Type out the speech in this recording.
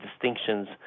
distinctions